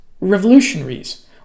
revolutionaries